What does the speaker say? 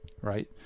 right